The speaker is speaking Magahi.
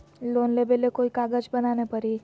लोन लेबे ले कोई कागज बनाने परी?